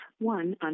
one